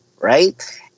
right